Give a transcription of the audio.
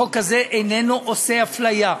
החוק הזה איננו עושה אפליה,